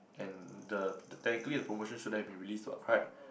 and the the technically the promotion shouldn't have been released what correct